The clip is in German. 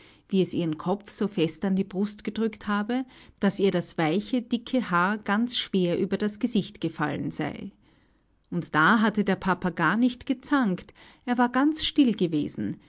wie es ihren kopf so fest an die brust gedrückt habe daß ihr das weiche dicke haar ganz schwer über das gesicht gefallen sei und da hatte der papa gar nicht gezankt er war ganz still gewesen